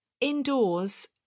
indoors